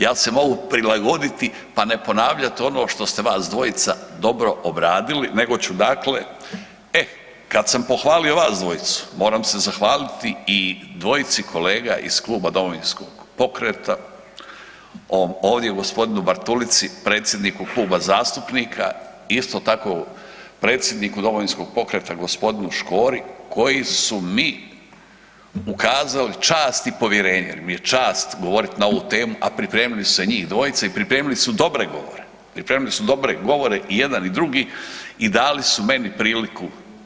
Ja se mogu prilagoditi pa ne ponavljati ono što ste vas dvojica dobro obradili nego ću dakle, e, kad sam pohvalio vas dvojicu, moram se zahvaliti i dvojici kolega iz Kluba Domovinskog pokreta ovdje, g. Bartulici, predsjedniku kluba zastupnika, isto tako predsjedniku Domovinskog pokreta g. Škori koji su mi ukazali čast i povjerenje mi je čast govoriti na ovu temu, a pripremili su se njih dvojica i pripremili su dobre govore, pripremili su dobre govore i jedan i drugi i dali su meni priliku.